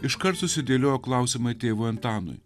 iškart susidėliojo klausiamai tėvui antanui